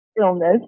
illness